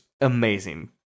amazing